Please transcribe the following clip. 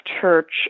church